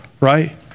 Right